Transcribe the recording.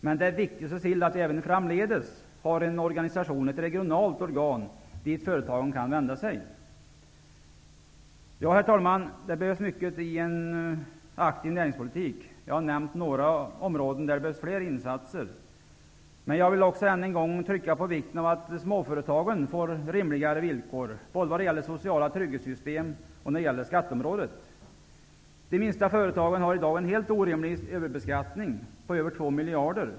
Men det är viktigt att se till att vi även framdeles har ett regionalt organ som företagen kan vända sig till. Herr talman! Det behövs mycket i en aktiv näringspolitik. Jag har nämnt några områden där det behövs fler insatser. Men jag vill också än en gång understryka vikten av att småföretagen får rimligare villkor både vad det gäller de sociala trygghetssystemen och när det gäller skatteområdet. De minsta företagen har i dag en helt orimlig överbeskattning på över två miljarder.